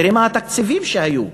תראה מה התקציבים שהיו,